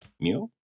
Mio